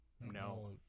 no